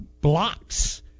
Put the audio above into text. blocks